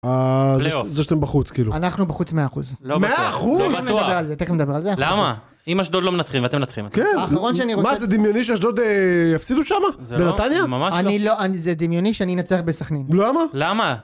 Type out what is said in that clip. זה שאתם בחוץ כאילו. אנחנו בחוץ 100%. 100%? תיכף נדבר על זה, תיכף נדבר על זה. למה אם אשדוד לא מנצחים ואתם מנצחים? אחרון שאני רוצה... מה, זה דמיוני שאשדוד יפסידו שמה, לא, ממש לא. אני לא... זה דמיוני שאני אנצח בסכנין. למה?